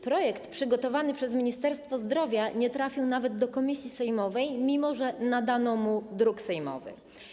Projekt przygotowany przez Ministerstwo Zdrowia nie trafił nawet do komisji sejmowej, mimo że nadano mu nr druku sejmowego.